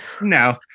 No